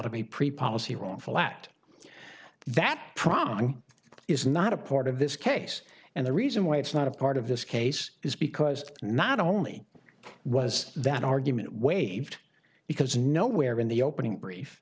preprocessor wrongful act that prong is not a part of this case and the reason why it's not a part of this case is because not only was that argument waived because nowhere in the opening brief